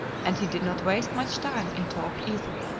and he did not waste much time in talk either.